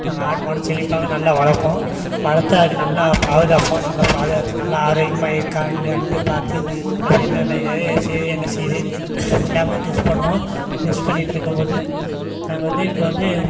நாங்கள் ஆடு மாடு செழிப்பாக நல்லா வளர்ப்போம் வளர்த்து அதுக்கு நல்லா பாதுகாப்போம் நல்லா பாதுகாத்து நல்லா ஆரோக்கியமாக இருக்கா இல்லையாணுட்டு பார்த்து அது என்னென்ன ஏது செய்து என்ன செய்துன்னு எல்லாமே டெஸ்ட் பண்ணுவோம் டெஸ்ட் பண்ணிட்டு இருக்கும் போது நாங்கள் வந்து இப்போ வந்து